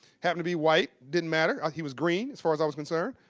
happened to be white. didn't matter. he was green as far as i was concerned.